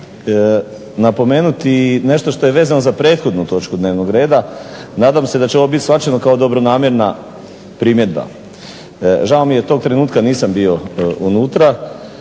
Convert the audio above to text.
napomenuti i nešto što je vezano za prethodnu točku dnevnog reda. Nadam se da će ovo biti shvaćeno kao dobronamjerna primjedba. Žao mi je tog trenutka nisam bio unutra.